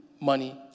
money